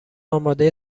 آماده